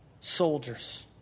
soldiers